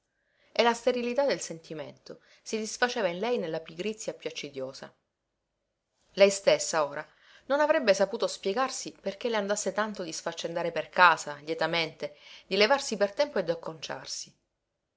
e la sterilità del sentimento si disfaceva in lei nella pigrizia piú accidiosa lei stessa ora non avrebbe saputo spiegarsi perché le andasse tanto di sfaccendare per casa lietamente di levarsi per tempo e d'acconciarsi